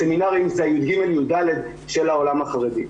סמינרים זה יג'-יד' של העולם החרדי.